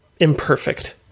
imperfect